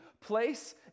Place